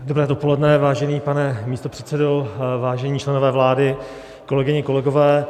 Dobré dopoledne, vážený pane místopředsedo, vážení členové vlády, kolegyně, kolegové.